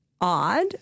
Odd